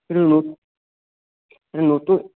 নতুন